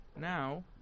now